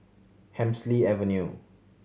Hemsley Avenue